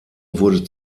wurde